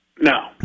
No